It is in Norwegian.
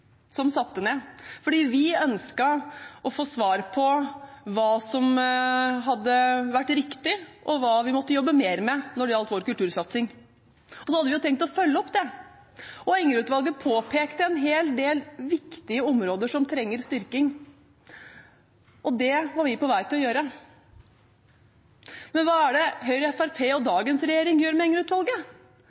som satte ned, fordi vi ønsket å få svar på hva som ville være riktig, og hva vi måtte jobbe mer med når det gjaldt vår kultursatsing. Vi hadde tenkt å følge det opp. Enger-utvalget påpekte en hel del viktige områder som trenger styrking, og det var vi på vei til å gjøre. Men hva er det Høyre og Fremskrittspartiet, dagens regjering, gjør